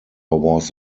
was